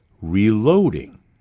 reloading